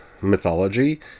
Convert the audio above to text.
mythology